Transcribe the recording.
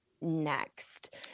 next